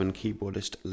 keyboardist